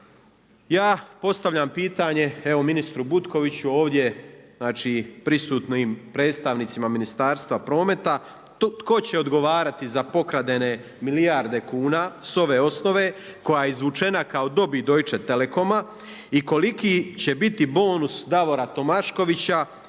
Ja postavljam pitanje evo ministru Butkoviću ovdje, znači prisutnim predstavnicima Ministarstva prometa, tko će odgovarati za pokraden milijarde kuna s ove osnove koja je izvučena kao dobit Deutsche telekoma i koliko će biti bonus Davora Tomaškovića